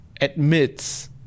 admits